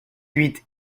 huit